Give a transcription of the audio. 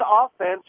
offense